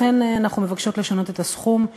לכן אנחנו מבקשות לשנות את הסכום,